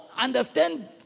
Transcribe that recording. understand